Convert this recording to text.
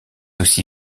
aussi